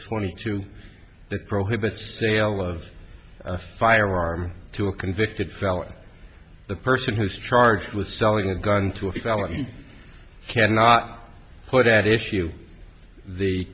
twenty two that prohibits sale of a firearm to a convicted felon the person who's charged with selling a gun to a felon cannot put at issue the